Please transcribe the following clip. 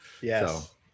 Yes